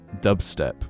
dubstep